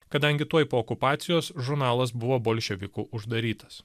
kadangi tuoj po okupacijos žurnalas buvo bolševikų uždarytas